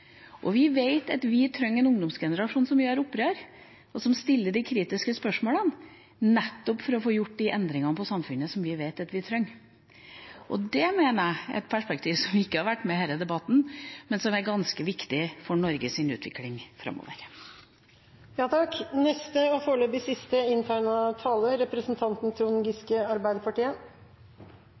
Vi vet at vi trenger en ungdomsgenerasjon som gjør opprør, og som stiller de kritiske spørsmålene, nettopp for å få gjort de endringene i samfunnet som vi vet at vi trenger. Det mener jeg er et perspektiv som ikke har vært med i denne debatten, men som er ganske viktig for Norges utvikling